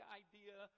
idea